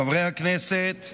חברי הכנסת,